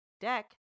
deck